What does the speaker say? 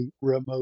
remote